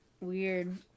Weird